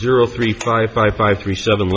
zero three five five five three seven